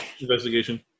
Investigation